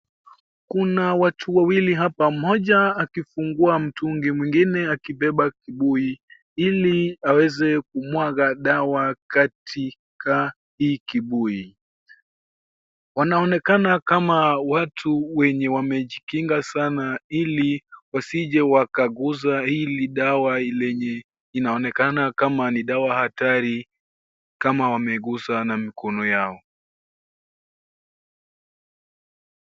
Kuna watu wawili hapa mmoja akifungua mtungi mwingine akibeba kibuii iliaweza kumwaga dawa katika hii kibui. Wanaonekana kama watu wenye wamejikinga sana ili wasije wakaguza hii dawa yenye inaonekana kama dawa hatari kama wameguza na mikono yao.